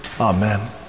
amen